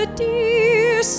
dear